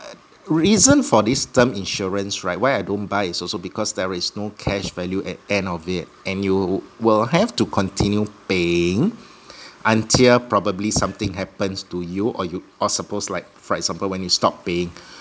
reason for this term insurance right why I don't buy is also because there's no cash value at end of it and you will have to continue paying until probably something happens to you or you or suppose like for example when you stop paying